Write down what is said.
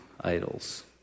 idols